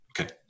Okay